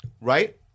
Right